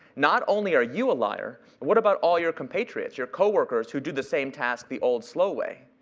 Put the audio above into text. not only are you a liar, but what about all your compatriots, your coworkers, who do the same task the old, slow way?